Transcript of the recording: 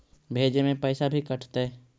भेजे में पैसा भी कटतै?